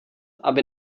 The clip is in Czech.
aby